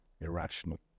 irrational